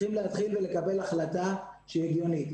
צריכים להתחיל ולקבל החלטה שהיא הגיונית.